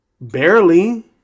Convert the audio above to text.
barely